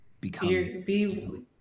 become